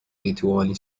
لیتوانی